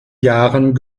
jahren